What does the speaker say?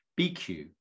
BQ